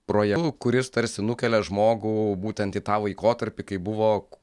projektu kuris tarsi nukelia žmogų būtent į tą laikotarpį kai buvo